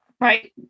Right